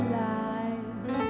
life